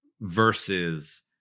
versus